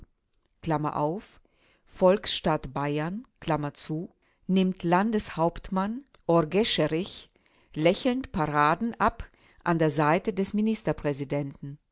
nimmt landeshauptmann orgescherich lächelnd paraden ab an der seite des ministerpräsidenten